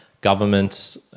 governments